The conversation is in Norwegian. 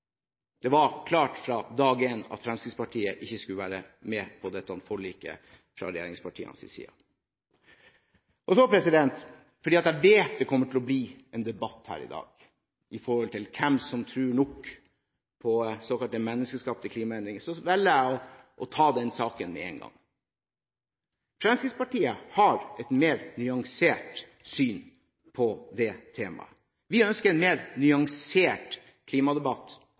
Det var klart fra dag én fra regjeringspartienes side at Fremskrittspartiet ikke skulle være med på dette forliket. Fordi jeg vet det kommer til å bli en debatt her i dag om hvem som tror nok på såkalt menneskeskapte klimaendringer, velger jeg å ta den saken med en gang. Fremskrittspartiet har et mer nyansert syn på det temaet. Vi ønsker en mer nyansert klimadebatt,